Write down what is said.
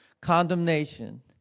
condemnation